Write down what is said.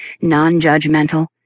non-judgmental